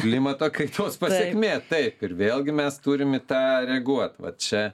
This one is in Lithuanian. klimato kaitos pasekmė taip ir vėlgi mes turim į tą reaguot va čia